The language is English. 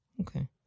Okay